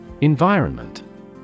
Environment